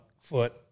foot